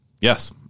Yes